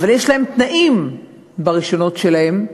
יש להן תנאים ברישיונות שלהן,